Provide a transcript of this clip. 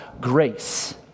grace